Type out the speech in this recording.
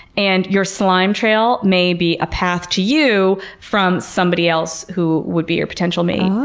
and your slime trail may be a path to you from somebody else who would be your potential mate.